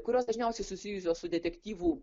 kurios dažniausiai susijusios su detektyvų